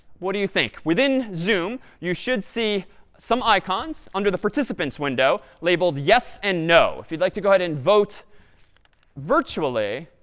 what do you think? within zoom, you should see some icons under the participants window labeled yes and no. if you'd like to go ahead and vote virtually,